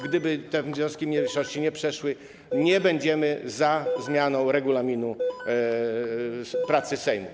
Gdyby jednak te wnioski mniejszości nie przeszły, nie będziemy za zmianą regulaminu pracy Sejmu.